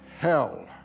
hell